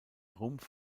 rumpf